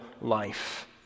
life